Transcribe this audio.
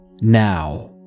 Now